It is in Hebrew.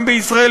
גם בישראל,